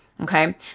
okay